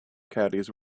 caddies